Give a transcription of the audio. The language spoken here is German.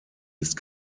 ist